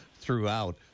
throughout